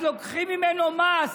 אז לוקחים ממנו מס